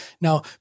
Now